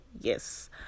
yes